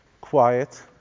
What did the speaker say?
quiet